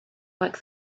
like